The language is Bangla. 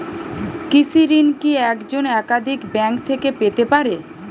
কৃষিঋণ কি একজন একাধিক ব্যাঙ্ক থেকে পেতে পারে?